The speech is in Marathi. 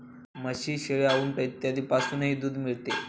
म्हशी, शेळ्या, उंट इत्यादींपासूनही दूध मिळते